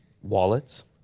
wallets